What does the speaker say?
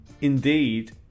indeed